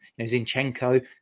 Zinchenko